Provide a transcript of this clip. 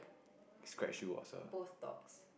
scratch you was a